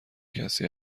کسی